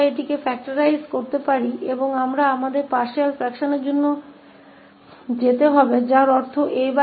हम इसे गुणनखंड कर सकते हैं और फिर से हमें आंशिक भिन्नों के लिए जाना होगा जिसका अर्थ है As